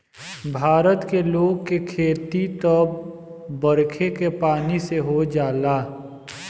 भारत के लोग के खेती त बरखे के पानी से हो जाला